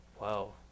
Wow